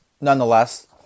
nonetheless